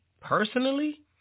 personally